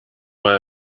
mal